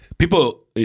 People